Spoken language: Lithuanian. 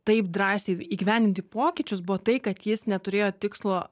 taip drąsiai įgyvendinti pokyčius buvo tai kad jis neturėjo tikslo